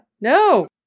no